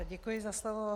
Děkuji za slovo.